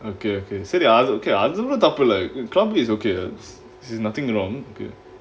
okay okay அது அது ஒன்னும் தப்பு இல்ல:athu athu onnum thappu illa club is okay lah there's nothing wrong okay